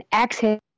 exhale